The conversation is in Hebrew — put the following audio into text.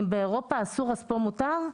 אם באירופה אסור אז פה מותר?